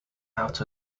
out